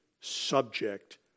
subject